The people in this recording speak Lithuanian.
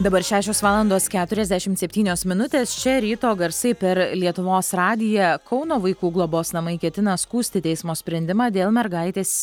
dabar šešios valandos keturiasdešimt septynios minutės čia ryto garsai per lietuvos radiją kauno vaikų globos namai ketina skųsti teismo sprendimą dėl mergaitės